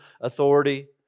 authority